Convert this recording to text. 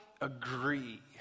agree